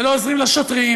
ולא עוזרים לשוטרים,